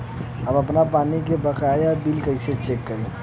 हम आपन पानी के बकाया बिल कईसे चेक करी?